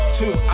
two